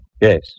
Yes